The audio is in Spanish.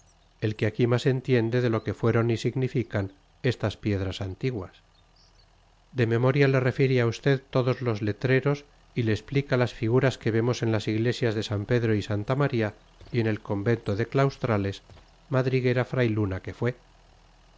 el que aquí más entiende de lo que fueron y significan estas piedras antiguas de memoria le refiere a usted todos los letreros y le explica las figuras que vemos en las iglesias de san pedro y santa maría y en el convento de claustrales madriguera frailuna que fue